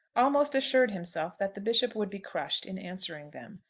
almost assured himself that the bishop would be crushed in answering them.